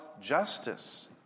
justice